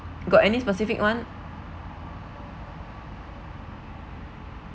got any specific [one]